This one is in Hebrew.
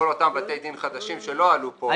כל אותם בתי דין חדשים שלא עלו פה לדיון.